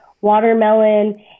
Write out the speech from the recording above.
watermelon